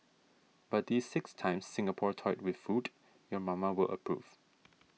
but these six times Singapore toyed with food your mama will approve